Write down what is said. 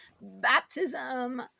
baptism